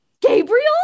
Gabriel